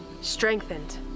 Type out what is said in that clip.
Strengthened